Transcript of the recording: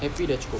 happy dah cukup